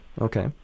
Okay